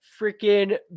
freaking